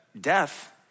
death